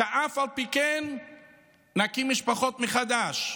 אף על פי כן להקים משפחות מחדש.